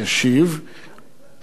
אבל, לא, לא.